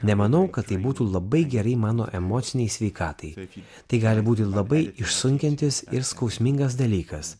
nemanau kad tai būtų labai gerai mano emocinei sveikatai tai gali būti labai išsunkiantis ir skausmingas dalykas